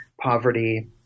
poverty